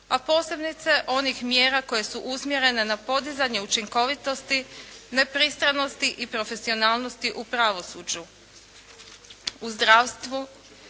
a posebice onih mjera koje su usmjerene na podizanje učinkovitosti, nepristranosti i profesionalnosti u pravosuđu. U zdravstvu